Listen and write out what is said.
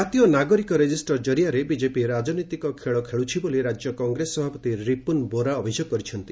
ଜାତୀୟ ନାଗରିକ ରେଜିଷ୍ଟର ଜରିଆରେ ବିଜେପି ରାଜନୀତିକ ଖେଳ ଖେଳୁଛି ବୋଲି ରାଜ୍ୟ କଂଗ୍ରେସ ସଭାପତି ରିପୁନ୍ ବୋରା ଅଭିଯୋଗ କରିଛନ୍ତି